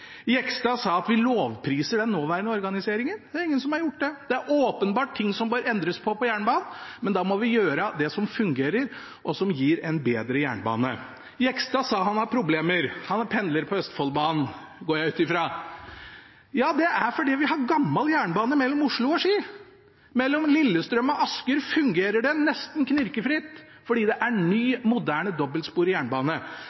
Jegstad sa at vi lovpriser den nåværende organiseringen – det er ingen som har gjort det. Det er åpenbart ting som bør endres innenfor jernbanen, men da må vi gjøre det som fungerer, og som gir en bedre jernbane. Jegstad sa at han hadde problemer; han er pendler på Østfoldbanen, går jeg ut ifra. Ja, det er fordi vi har gammel jernbane mellom Oslo og Ski! Mellom Lillestrøm og Asker fungerer det nesten knirkefritt, fordi der er